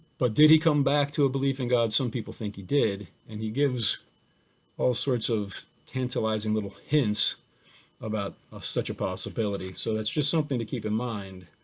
but did he come back to belief in god? some people think he did and he gives all sorts of tantalizing little hints about such a possibility so that's just something to keep in mind